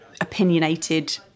opinionated